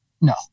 No